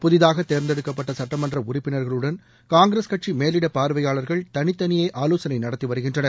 புதிதாக தேர்ந்தெடுக்கப்பட்ட சட்டமன்ற உறுப்பினர்களுடன் காங்கிரஸ் கட்சி மேலிட பார்வையாளர்கள் தனித்தனியே ஆலோசனை நடத்தி வருகின்றனர்